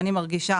ואני מרגישה